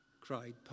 cried